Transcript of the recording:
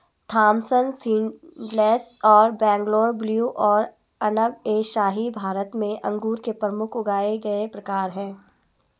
Thompson seedless और Bangalore blue और अनब ए शाही भारत में अंगूर के प्रमुख उगाए गए प्रकार हैं